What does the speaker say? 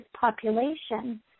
population